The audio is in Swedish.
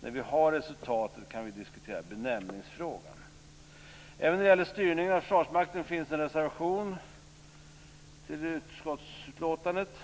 När vi har resultatet kan vi diskutera benämningsfrågan. Även när det gäller styrningen av Försvarsmakten finns det en reservation i utskottsutlåtandet.